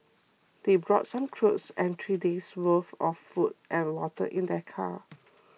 they brought some clothes and three days' worth of food and water in their car